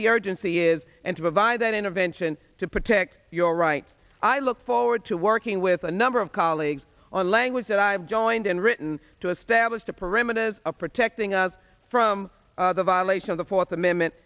the urgency is and to provide that intervention to protect you all right i look forward to working with a number of colleagues on language that i've joined and written to established a perimeter as protecting us from the violation of the fourth amendment